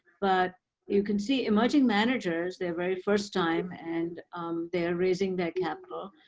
but you can see emerging managers, their very first time, and they're raising their capital,